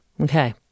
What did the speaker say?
Okay